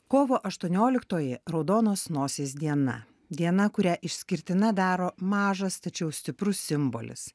kovo aštuonioliktoji raudonos nosies diena diena kurią išskirtina daro mažas tačiau stiprus simbolis